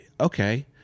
okay